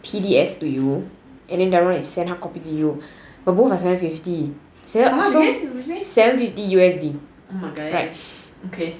P_D_F to you and then the other one is send hardcopy to you but both are seven fifty so seven fifty U_S_D